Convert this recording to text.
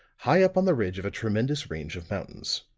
high up on the ridge of a tremendous range of mountains.